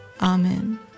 Amen